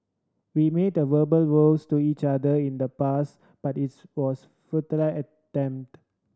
we made verbal vows to each other in the past but it's was a attempt